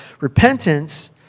Repentance